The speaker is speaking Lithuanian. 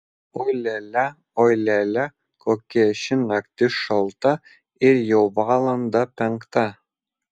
oi lia lia oi lia lia kokia ši naktis šalta ir jau valanda penkta